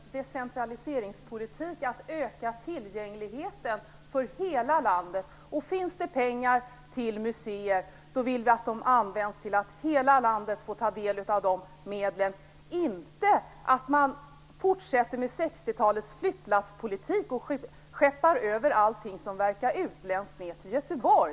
Fru talman! För Miljöpartiet innebär decentraliseringspolitik att öka tillgängligheten för hela landet. Finns det pengar till museer vill vi att hela landet får ta del av de medlen, inte att man fortsätter med 60 talets flyttlasspolitik och skeppar ned allt som verkar utländskt till Göteborg.